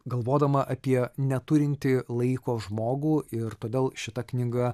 galvodama apie neturintį laiko žmogų ir todėl šita knyga